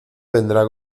vendrá